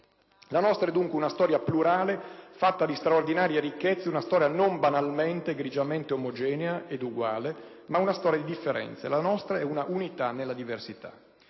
La nostra è dunque una storia plurale, fatta di straordinarie ricchezze, una storia non banalmente, grigiamente omogenea, ed eguale, ma una storia di differenze. La nostra è una unità nella diversità.